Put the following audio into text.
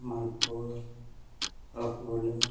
ᱢᱟᱞᱯᱩᱣᱟᱹ ᱨᱚᱥᱜᱩᱞᱟᱹ